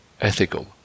ethical